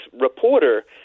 reporter